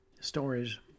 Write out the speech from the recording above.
stories